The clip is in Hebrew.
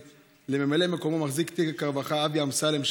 ולממלא מקומו מחזיק תיק הרווחה אבי אמסלם,